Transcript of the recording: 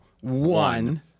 one